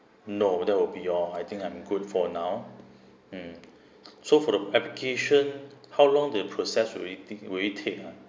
no that will be all I think I'm good for now mm so for the application how long the process will it take will it take ah